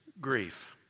grief